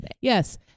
Yes